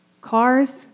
Cars